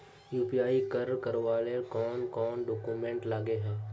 UPI कर करावेल कौन कौन डॉक्यूमेंट लगे है?